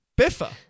Biffa